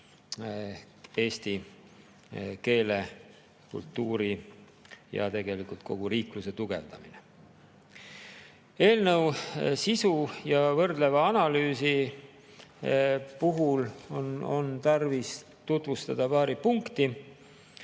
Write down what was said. eesti keele, kultuuri ja tegelikult kogu riikluse tugevdamine. Eelnõu sisu võrdleva analüüsi puhul on tarvis tutvustada paari punkti.